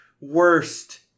worst